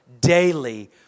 daily